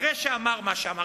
אחרי שאמר מה שאמר.